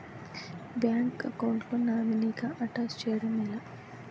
Bank account లో నామినీగా attach చేయడం ఎలా?